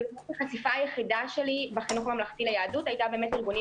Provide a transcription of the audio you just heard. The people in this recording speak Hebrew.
ובאמת החשיפה היחידה שלי בחינוך ממלכתי ליהדות הייתה באמת ארגונים